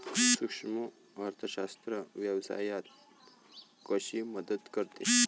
सूक्ष्म अर्थशास्त्र व्यवसायात कशी मदत करते?